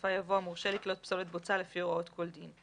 בסופה יבוא "המורשה לקלוט פסולת בוצה לפי הוראות כל דין".